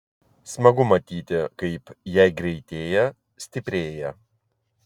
smagu matyti kaip jei greitėja stiprėja